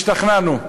השתכנענו.